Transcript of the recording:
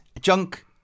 Junk